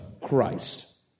Christ